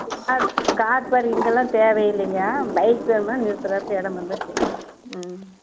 car parking எல்லாம் தேவை இல்லைங்க பைக்குந்தான் நிறுத்துறதுக்கு இடம் இருந்தால் சரி ம்